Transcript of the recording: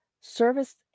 Service